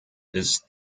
his